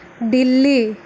Delhi